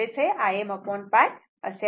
म्हणजेच हे Im π असे आहे